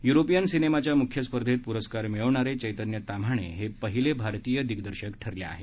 European सिनेमाच्या मुख्य स्पर्धेत पुरस्कार मिळवणारे चैतन्य ताम्हाणे हे पहिले भारतीय दिग्दर्शक ठरले आहेत